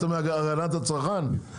את מהגנת הצרכן?